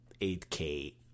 8k